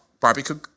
barbecue